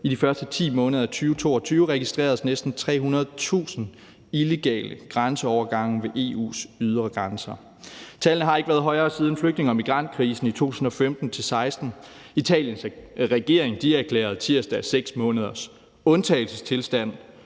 I de første 10 måneder af 2022 registreredes næsten 300.000 illegale grænseovergange ved EU's ydre grænser. Tallene har ikke været højere siden flygtninge- og migrantkrisen i 2015-16. Italiens regering erklærede tirsdag 6 måneders undtagelsestilstand.